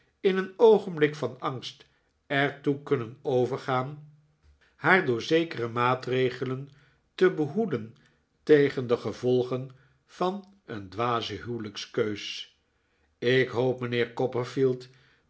in een oogenblik van angst er toe kunnen overgaan haar door zekere maatregelen te behoeden tegen de gevolgen van een dwaze huwelijkskeus ik hoop mijnheer